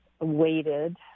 waited